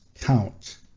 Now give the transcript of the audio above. count